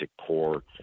core